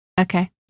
Okay